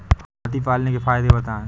हाथी पालने के फायदे बताए?